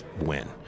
win